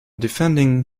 defending